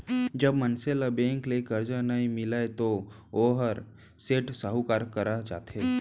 जब मनसे ल बेंक ले करजा नइ मिलय तो वोहर सेठ, साहूकार करा जाथे